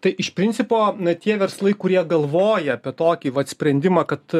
tai iš principo na tie verslai kurie galvoja apie tokį vat sprendimą kad